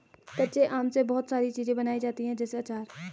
कच्चे आम से बहुत सारी चीज़ें बनाई जाती है जैसे आचार